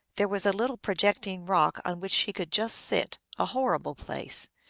there was a little projecting rock on which she could just sit, a horrible place.